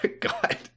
God